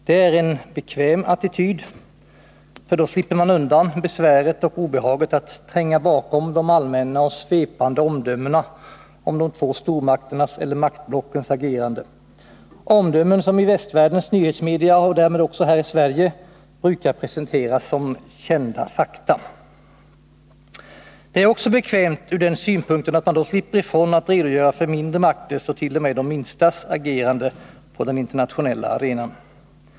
Det är en bekväm attityd, för då slipper man undan besväret och obehaget att tränga bakom de allmänna och svepande omdömen om de två stormakternas eller maktblockens agerande, omdömen som i västvärldens nyhetsmedia och därmed också här i Sverige brukar presenteras som kända fakta. Det är också bekvämt ur den synpunkten att man då slipper ifrån att redogöra för mindre makters, t.o.m. de minstas, agerande på den internationella arenan.